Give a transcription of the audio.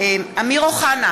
אמיר אוחנה,